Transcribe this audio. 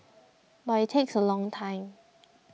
but it takes a long time